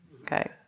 Okay